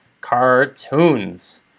cartoons